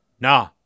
Nah